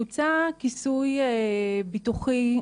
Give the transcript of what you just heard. הוצא כיסוי ביטוחי,